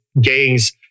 gangs